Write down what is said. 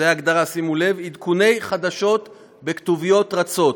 זו ההגדרה, שימו לב: עדכוני חדשות בכתוביות רצות,